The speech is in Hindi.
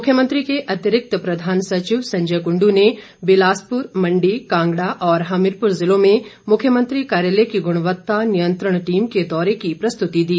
मुख्यमंत्री के अतिरिक्त प्रधान सचिव संजय कृंड् ने बिलासपुर मण्डी कांगड़ा और हमीरपुर जिलों में मुख्यमंत्री कार्यालय की गुणवत्ता नियंत्रण टीम के दौरे की प्रस्तुति दी